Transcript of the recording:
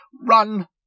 Run